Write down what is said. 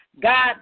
god